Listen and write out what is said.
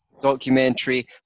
documentary